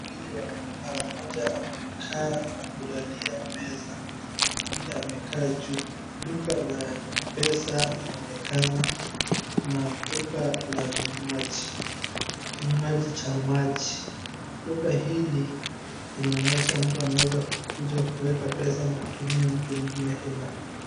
Watu wawili wanaonekana mmoja amekaa na kulalia meza, mwingine amekaa juu. Duka la pesa inaonekana na duka la vinywaji, kinywaji cha maji. Duka hili inaonesha mtu anaweza kuja kuweka pesa ama kutumia mtu mwingine hela